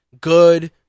good